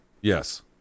yes